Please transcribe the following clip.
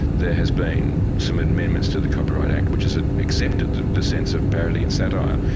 there has been some amendments to the copyright act, which has ah accepted the sense of parody and satire,